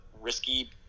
risky